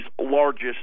largest